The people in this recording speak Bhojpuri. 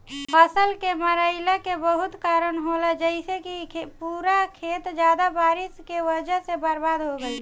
फसल के मरईला के बहुत कारन होला जइसे कि पूरा खेत ज्यादा बारिश के वजह से बर्बाद हो गईल